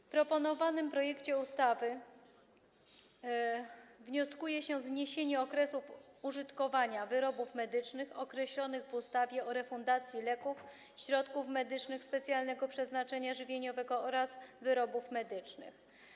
W proponowanym projekcie ustawy wnioskuje się zniesienie okresów użytkowania wyrobów medycznych określonych w ustawie o refundacji leków, środków spożywczych specjalnego przeznaczenia żywieniowego oraz wyrobów medycznych.